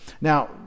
Now